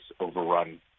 overrun